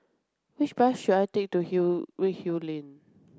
which bus should I take to hill Redhill Lane